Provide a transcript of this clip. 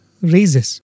raises